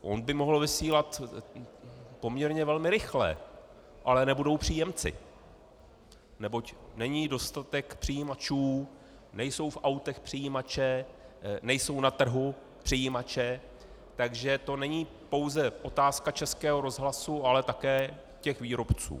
On by mohl vysílat poměrně velmi rychle, ale nebudou příjemci, neboť není dostatek přijímačů, nejsou v autech přijímače, nejsou na trhu přijímače, takže to není pouze otázka Českého rozhlasu, ale také těch výrobců.